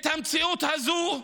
המציאות הזו,